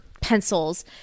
pencils